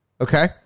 Okay